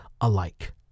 Alike